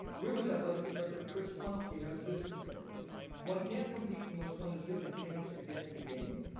women's athletics director chris plonsky has this to say one can't compete unless one is given a chance to get in the game.